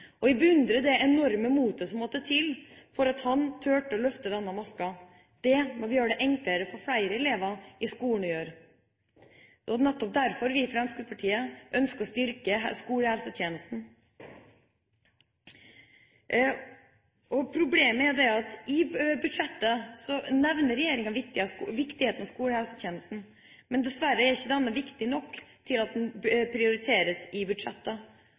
det enorme motet som måtte til for at Jonah torde å løfte denne masken. Det vil gjøre det enklere for flere elever i skolen å gjøre det, og nettopp derfor ønsker vi i Fremskrittspartiet å styrke skolehelsetjenesten. Problemet er at regjeringa i budsjettet nevner viktigheten av skolehelsetjenesten, men dessverre er den ikke viktig nok til å bli prioritert der. Vi har økt midlene til kommunene, slik at